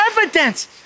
evidence